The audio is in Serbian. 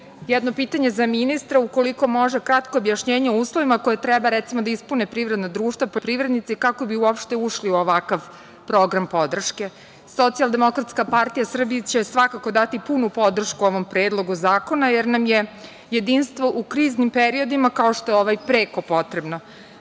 pitanje za ministra. Ukoliko može kratko objašnjenje o uslovima koje treba, recimo, da ispune privredna društva, poljoprivrednici kako bi uopšte ušli u ovakav program podrške. Socijaldemokratska partija Srbije će svakako dati punu podršku ovom Predlogu zakona, jer nam je jedinstvo u kriznim periodima, kao što je ovaj, preko potrebno.